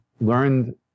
learned